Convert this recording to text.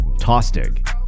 Tostig